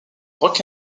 rock